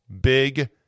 Big